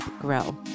Grow